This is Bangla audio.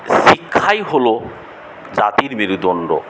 শিক্ষাই হল জাতির মেরুদণ্ড